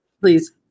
Please